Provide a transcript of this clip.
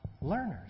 learners